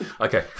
Okay